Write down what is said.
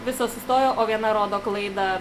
visos sustojo o viena rodo klaidą